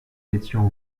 étions